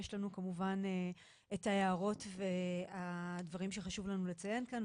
יש לנו כמובן את ההערות והדברים שחשוב לנו לציין כאן,